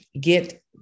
Get